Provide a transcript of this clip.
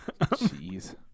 jeez